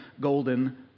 golden